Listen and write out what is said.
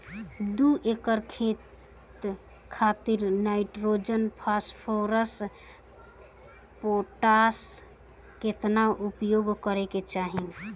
दू एकड़ खेत खातिर नाइट्रोजन फास्फोरस पोटाश केतना उपयोग करे के चाहीं?